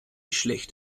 schlecht